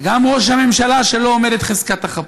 גם ראש הממשלה, שלו עומדת חזקת החפות.